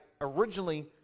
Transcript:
originally